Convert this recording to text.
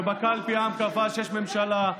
ובקלפי העם קבע שיש ממשלה,